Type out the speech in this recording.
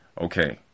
okay